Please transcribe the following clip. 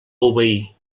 obeir